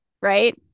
right